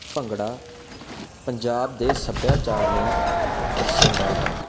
ਭੰਗੜਾ ਪੰਜਾਬ ਦੇ ਸੱਭਿਆਚਾਰ ਨੂੰ ਦਰਸਾਉਂਦਾ ਹੈ